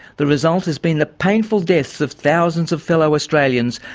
the result has been the painful deaths of thousands of fellow australians,